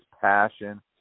passion